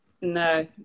No